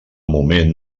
moment